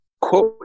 quote